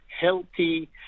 healthy